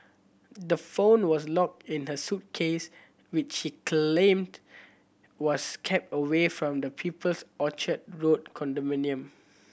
the phone was locked in the suitcase which she claim was kept away from the people's Orchard Road condominium